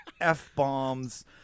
F-bombs